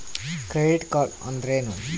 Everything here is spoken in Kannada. ಕ್ರೆಡಿಟ್ ಕಾರ್ಡ್ ಅಂದ್ರೇನು?